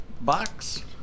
box